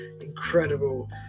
incredible